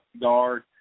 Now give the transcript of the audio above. guard